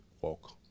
walk